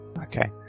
Okay